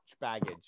baggage